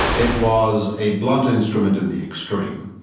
it was a blunt instrument in the extreme,